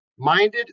Minded